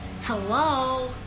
Hello